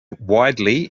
widely